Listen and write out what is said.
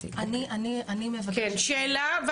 כן, שאלה.